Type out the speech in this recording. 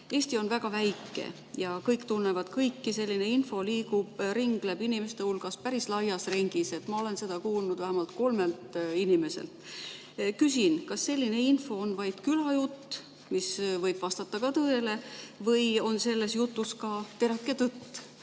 Eesti on väga väike ja kõik tunnevad kõiki. Selline info liigub inimeste hulgas päris laias ringis, ma olen seda kuulnud vähemalt kolmelt inimeselt. Kas selline info on vaid külajutt, mis võib vastata ka tõele, või on selles jutus ka terake tõtt?